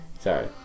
Sorry